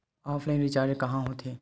Offline recharge कहां होथे?